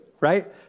right